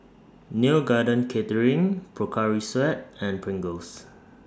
Neo Garden Catering Pocari Sweat and Pringles